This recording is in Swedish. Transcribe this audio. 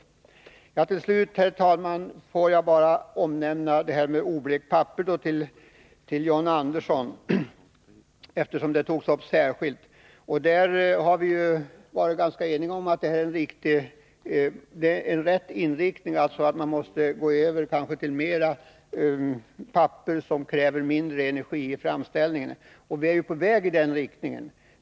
Låt mig till sist ta upp diskussionen med John Andersson om oblekt papper, eftersom han tog upp den saken särskilt. Vi har varit ganska ense om att det är en riktig inriktning att gå över till papper som kräver mindre energi i framställningen. Vi är ju på väg i den riktningen!